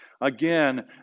Again